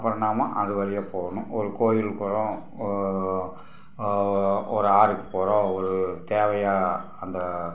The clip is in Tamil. அப்புறம் நாம் அது வழியா போகணும் ஒரு கோயில் குளம் ஒரு ஆறுக்கு போகிறோம் ஒரு தேவையாக அந்த